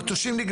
במטושים.